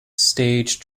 stage